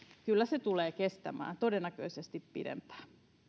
kyllä se tulee kestämään todennäköisesti pidempään